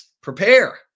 prepare